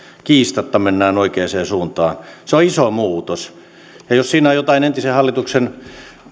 kiistatta mennään oikeaan suuntaan se on iso muutos ja jos siinä on jotain entisen hallituksen